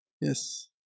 Yes